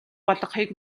болгохыг